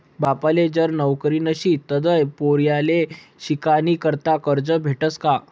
बापले जर नवकरी नशी तधय पोर्याले शिकानीकरता करजं भेटस का?